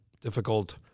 difficult